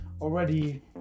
already